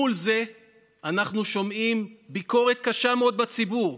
מול זה אנחנו שומעים ביקורת קשה מאוד בציבור: